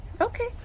Okay